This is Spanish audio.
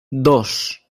dos